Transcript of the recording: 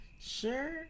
Sure